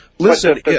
Listen